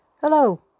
Hello